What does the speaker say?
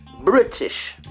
British